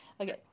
Okay